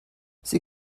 sie